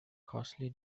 costly